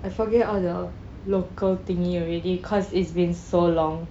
I forget all the local thingy already cause it's been so long